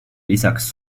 lisaks